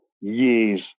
years